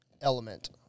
element